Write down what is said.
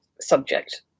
subject